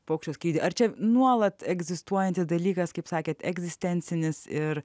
paukščio skrydį ar čia nuolat egzistuojantis dalykas kaip sakėte egzistencinis ir